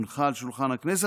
הונחה על שולחן הכנסת.